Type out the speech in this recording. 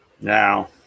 Now